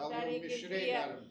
gal jau mišriai galim